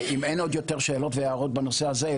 אם אין עוד שאלות והערות בנושא הזה,